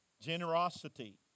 Generosity